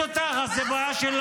מפוצץ אותך, זו בעיה שלך.